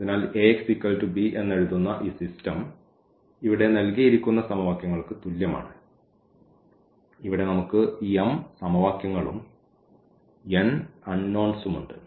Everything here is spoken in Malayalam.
അതിനാൽ എന്നെഴുതുന്ന ഈ സിസ്റ്റം ഇവിടെ നൽകിയിരിക്കുന്ന സമവാക്യങ്ങൾക്ക് തുല്യമാണ് ഇവിടെ നമുക്ക് m സമവാക്യങ്ങളും n അൺനോൺസും ഉണ്ട്